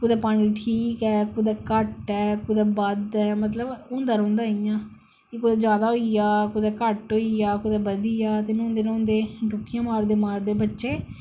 कुतै पानी ठीक ऐ कुतै घट्ट ऐ कुतै बद्ध ऐ मतलब होंदा रौंहदा इयां कुतै ज्यादा होई गेआ कुतै घट्ट होई गेआ कुतै बधी गेआ न्हौंदे न्हौंदे डुबकियां मारदे मारदे बच्चे